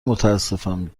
متاسفم